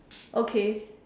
okay